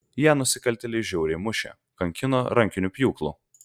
ją nusikaltėliai žiauriai mušė kankino rankiniu pjūklu